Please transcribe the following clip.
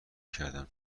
کردم